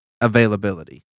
availability